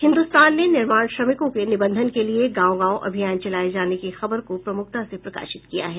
हिन्दुस्तान ने निर्माण श्रमिकों के निबंधन के लिए गांव गांव अभियान चलाये जाने की खबर को प्रमुखता से प्रकाशित किया है